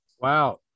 wow